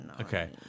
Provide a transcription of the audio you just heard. Okay